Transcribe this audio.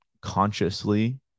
consciously